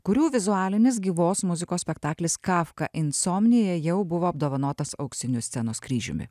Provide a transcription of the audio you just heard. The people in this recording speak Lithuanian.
kurių vizualinis gyvos muzikos spektaklis kafka insomnija jau buvo apdovanotas auksiniu scenos kryžiumi